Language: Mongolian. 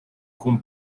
хүн